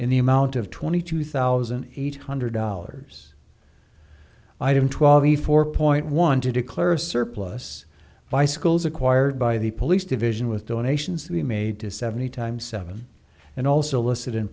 in the amount of twenty two thousand eight hundred dollars item twelve a four point one to declare a surplus by schools acquired by the police division with donations we made to seventy times seven and also listed in